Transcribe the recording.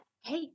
Hey